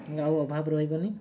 ଆଉ ଅଭାବ ରହିବନି